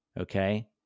okay